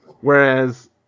whereas